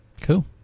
cool